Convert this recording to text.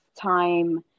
time